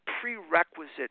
prerequisite